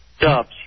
Dubs